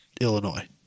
Illinois